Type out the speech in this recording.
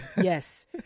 Yes